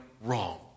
wrong